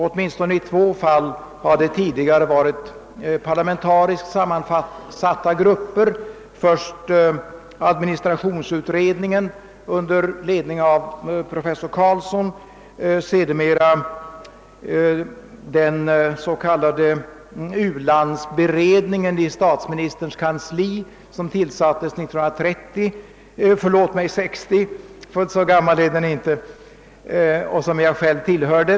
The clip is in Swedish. Åtminstone i två fall har det tidi gare varit parlamentariskt sammansatta grupper, nämligen först administrationsutredningen under ledning av professor Carlson och sedermera den s.k. u-landsberedningen i statsministerns kansli, vilken tillsattes 1960 och som jag själv tillhörde.